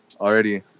already